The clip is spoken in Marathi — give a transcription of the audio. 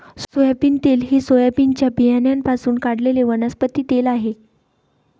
सोयाबीन तेल हे सोयाबीनच्या बियाण्यांपासून काढलेले वनस्पती तेल आहे